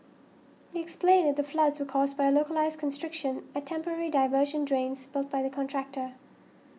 he explained that the floods were caused by a localised constriction at temporary diversion drains built by the contractor